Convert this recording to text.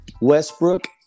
Westbrook